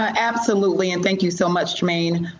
ah absolutely. and thank you so much, trymaine.